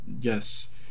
yes